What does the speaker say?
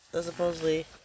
supposedly